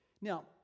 Now